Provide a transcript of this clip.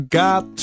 got